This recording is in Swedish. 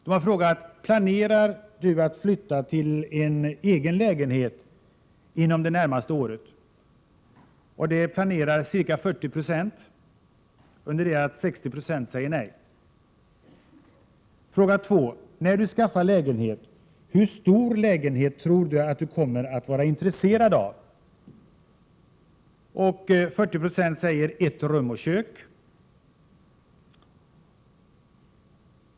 De har frågat: ”Planerar du att flytta till en egen lägenhet inom det närmaste året?” Det planerar ca 40 96, under det att 60 960 säger nej. Den andra frågan lyder: ”När du skaffar lägenhet — hur stor lägenhet tror du att du då kommer att vara intresserad av?” 40 96 säger ett rum och kök.